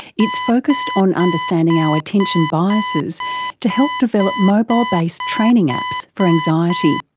it's focussed on understanding our attention biases to help develop mobile based training apps for anxiety.